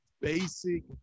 basic